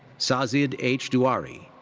sazid h. duary.